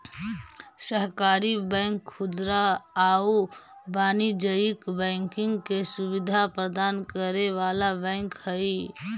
सहकारी बैंक खुदरा आउ वाणिज्यिक बैंकिंग के सुविधा प्रदान करे वाला बैंक हइ